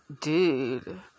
dude